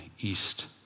east